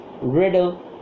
Riddle